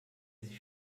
sich